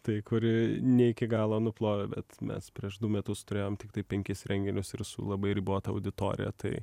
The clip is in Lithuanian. tai kuri ne iki galo nuplovė bet mes prieš du metus turėjom tiktai penkis renginius ir su labai ribota auditorija tai